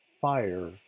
fire